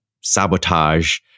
sabotage